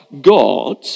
God